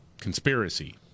conspiracy